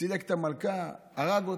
סילק את המלכה, הרג אותה.